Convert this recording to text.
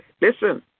Listen